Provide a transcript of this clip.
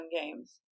games